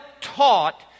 taught